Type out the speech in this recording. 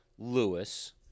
Lewis